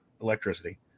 electricity